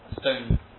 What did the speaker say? stone